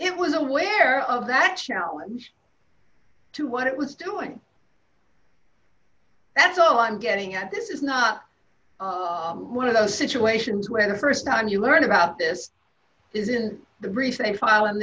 it was aware of that challenge to what it was doing that's all i'm getting at this is not one of those situations where the st time you learn about this is in the